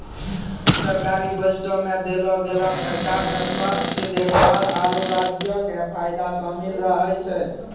सरकारी बजटो मे देलो गेलो खर्चा मे स्वास्थ्य देखभाल, आरु राज्यो के फायदा शामिल रहै छै